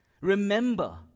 Remember